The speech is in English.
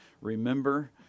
remember